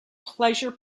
pleasure